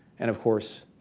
and of course,